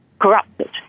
corrupted